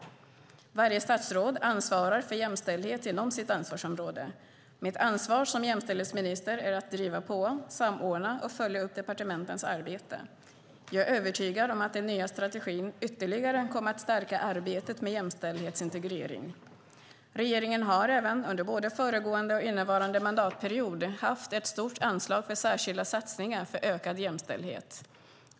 Varje statsråd ansvarar för jämställdhet inom sitt ansvarsområde. Mitt ansvar som jämställdhetsminister är att driva på, samordna och följa upp departementens arbete. Jag är övertygad om att den nya strategin ytterligare kommer att stärka arbetet med jämställdhetsintegrering. Regeringen har även, under både föregående och innevarande mandatperiod, haft ett stort anslag för särskilda satsningar för ökad jämställdhet.